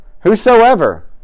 Whosoever